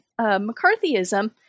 McCarthyism